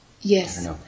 Yes